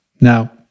Now